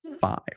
five